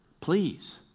Please